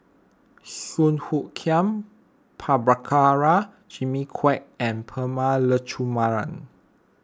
Song Hoot Kiam Prabhakara Jimmy Quek and Prema Letchumanan